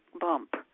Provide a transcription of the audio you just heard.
bump